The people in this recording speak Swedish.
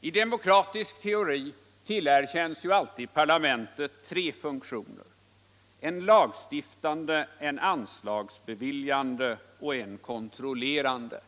I socialdemokratisk teori tillerkänns alltid parlamentet tre funktioner: en lagstiftande, en anslagsbeviljande och en kontrollerande.